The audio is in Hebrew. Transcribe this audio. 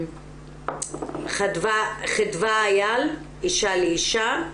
חדוה איל מ"אשה לאשה"